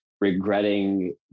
regretting